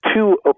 two